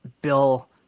Bill